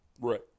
Right